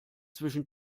zwischen